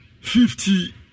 fifty